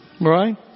Right